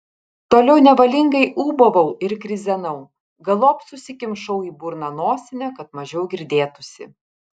toliau nevalingai ūbavau ir krizenau galop susikimšau į burną nosinę kad mažiau girdėtųsi